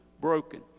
broken